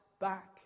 back